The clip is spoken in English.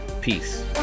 Peace